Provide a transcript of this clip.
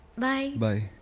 bye, bye!